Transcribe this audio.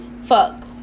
fuck